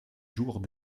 jours